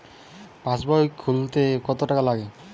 পাশবই খুলতে কতো টাকা লাগে?